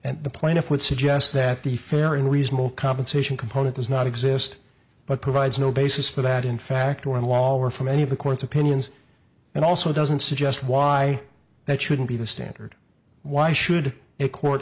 and the plaintiff would suggest that the fair and reasonable compensation component does not exist but provides no basis for that in fact or in law were from any of the court's opinions and also doesn't suggest why that shouldn't be the standard why should a court